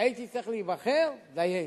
הייתי צריך להיבחר, דיינו.